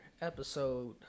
episode